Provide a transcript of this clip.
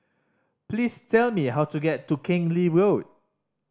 please tell me how to get to Keng Lee Road